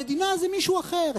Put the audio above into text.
המדינה זה מישהו אחר.